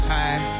time